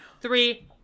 three